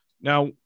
now